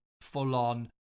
full-on